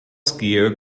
skier